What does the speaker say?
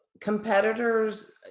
competitors